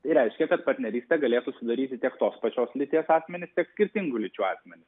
tai reiškia kad partnerystę galėtų sudaryti tiek tos pačios lyties asmenį tiek skirtingų lyčių asmenį